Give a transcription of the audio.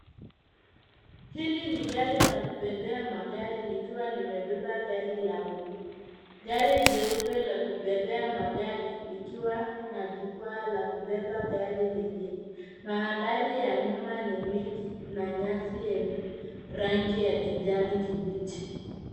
Hili ni gari la kubebea magari likiwa lemebeba gari la bluu. Gari jeupe la kubebea magari, likiwa na jukwaa la kubeba gari nyingine. Mandhari ya nyuma ni miti na nyasi yenye rangi ya kijani kibichi.